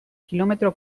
kilometro